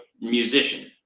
musician